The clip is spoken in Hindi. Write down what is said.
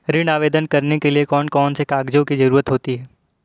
ऋण आवेदन करने के लिए कौन कौन से कागजों की जरूरत होती है?